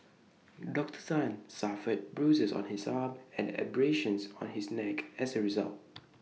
Doctor Tan suffered bruises on his arm and abrasions on his neck as A result